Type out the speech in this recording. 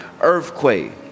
earthquake